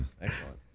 Excellent